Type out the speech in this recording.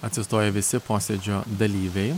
atsistoja visi posėdžio dalyviai